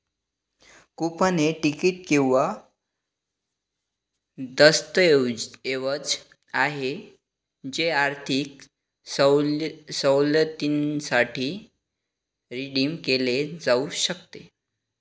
coupon हे तिकीट किंवा दस्तऐवज आहे जे आर्थिक सवलतीसाठी रिडीम केले जाऊ शकते